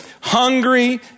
hungry